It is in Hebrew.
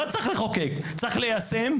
לא צריך לחוקק צריך ליישם.